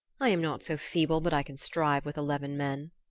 i am not so feeble but i can strive with eleven men.